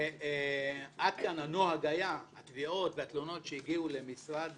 שעד כאן הנוהג היה שהתלונות והתביעות שהגיעו למשרד